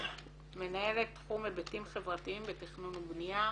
מנהלת תחום היבטים חברתיים בתכנון ובנייה,